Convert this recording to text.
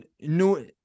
no